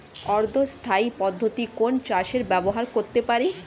অর্ধ স্থায়ী পদ্ধতি কোন চাষে ব্যবহার করতে পারি?